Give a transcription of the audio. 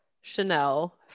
Chanel